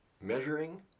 measuring